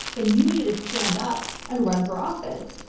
then you need to stand up and run for office.